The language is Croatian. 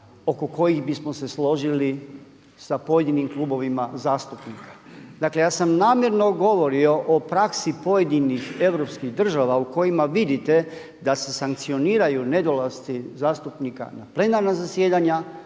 oko kojih bismo se složili sa pojedinim klubovima zastupnika. Dakle, ja sam namjerno govorio o praksi pojedinih europskih država u kojima vidite da se sankcioniraju nedolasci zastupnika na plenarna zasjedanja,